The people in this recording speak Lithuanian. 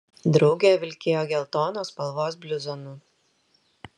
draugė vilkėjo geltonos spalvos bluzonu